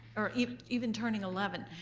or even turning eleven.